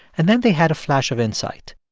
and then they had a flash of insight.